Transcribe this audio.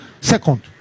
second